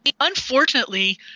Unfortunately